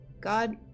God